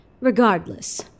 Regardless